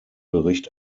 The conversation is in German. bericht